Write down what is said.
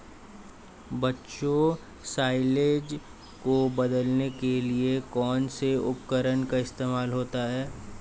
बच्चों साइलेज को बदलने के लिए कौन से उपकरण का इस्तेमाल होता है?